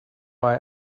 why